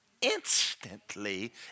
instantly